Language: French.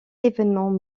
événements